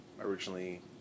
originally